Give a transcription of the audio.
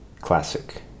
classic